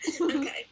okay